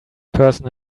person